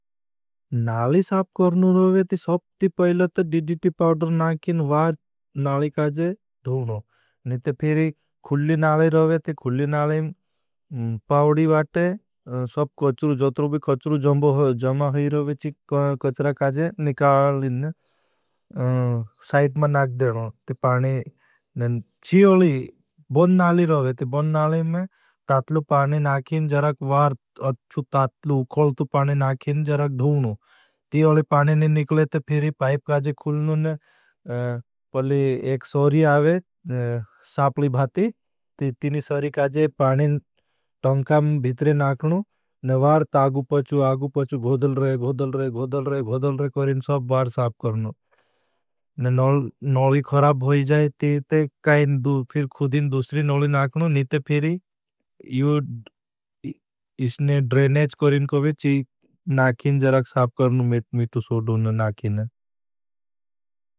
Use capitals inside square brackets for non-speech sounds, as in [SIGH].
नाली साप करने के लिए सबस्ते पहले तो डिडिटी पाउडर नाखें, वार नाली काजे धूनों। निते फिरी खुली नाले रहें तो खुली नालें, पाउडी वाटे, सब कच्रु, जोतरो भी कच्रु जमा है रहें ची कच्रा काजे निकालें। साइट में नाँग देनों। पाने ची अली बन नाली रहें तो बन नाली में तातलु पाने नाखें, जरक वार अच्छु तातलु उखोलतु पाने नाखें, [HESITATION] जरक धूनों। ती अली पाने नहीं निकले ते फिरी पाइप काजे खुलनों। पली एक सोरी आवे सापली भाती, ती तीनी सोरी काजे पाने टंका में भीतरे नाखनों। न वार तागु पच्चु, आगु पच्चु, गोधल रहें, गोधल रहें, गोधल रहें, गोधल रहें करें, सब बार साप करनों। न नली ख़राब होई जाए, ती ते खुदिन दूसरी नली नाखनों। निते फिरी इसने ड्रेनेज करीं कोबेची नाखिन, जराग साप करनों, मेट मी टू सोटों न नाखिन।